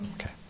Okay